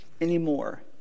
anymore